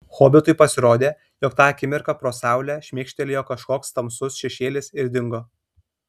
hobitui pasirodė jog tą akimirką pro saulę šmėkštelėjo kažkoks tamsus šešėlis ir dingo